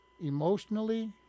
emotionally